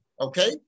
okay